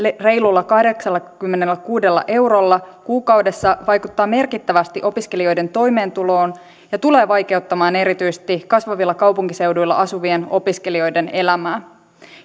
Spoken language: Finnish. reilulla kahdeksallakymmenelläkuudella eurolla kuukaudessa vaikuttaa merkittävästi opiskelijoiden toimeentuloon ja tulee vaikeuttamaan erityisesti kasvavilla kaupunkiseuduilla asuvien opiskelijoiden elämää